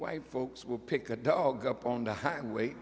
why folks will pick a dog up on the highway